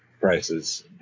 prices